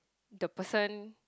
the person